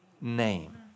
name